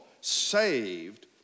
saved